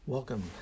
Welcome